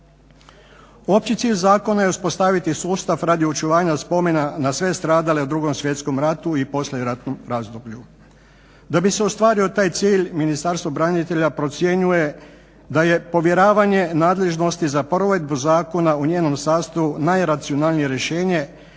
Opći cilj zakona je uspostaviti sustav radi očuvanja spomena na sve stradale u 2. svjetskom ratu i poslijeratnom razdoblju. Da bi se ostvario taj cilj Ministarstvo branitelja procjenjuje da je povjeravanje nadležnosti za provedbu zakona u njenom sastavu najracionalnije rješenje